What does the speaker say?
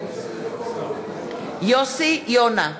יוסי יונה,